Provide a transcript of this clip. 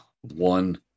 one